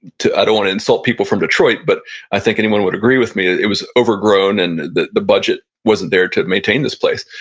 i don't want to insult people from detroit, but i think anyone would agree with me. it was overgrown and the the budget wasn't there to maintain this place.